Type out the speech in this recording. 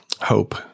Hope